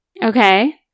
Okay